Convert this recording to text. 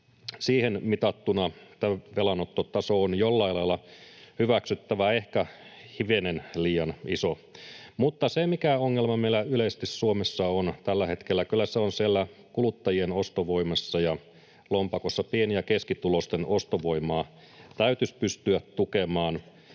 Niin mitattuna tämä velanottotaso on jollain lailla hyväksyttävä, ehkä hivenen liian iso. Mutta se, mikä ongelma meillä yleisesti Suomessa on tällä hetkellä, on kyllä kuluttajien ostovoimassa ja lompakossa. Pieni- ja keskituloisten ostovoimaa täytyisi pystyä tukemaan